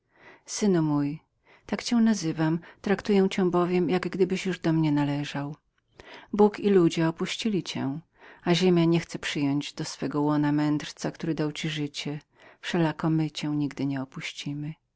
synu mój tak cię nazywam uważam cię bowiem jak gdybyś do mnie należał bóg i ludzie opuścili cię ziemia wkrótce zamknie się nad tym mędrcem który dał ci życie ale my cię nigdy nie opuścimy